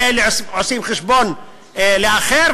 ואלה עושים חשבון לאחר,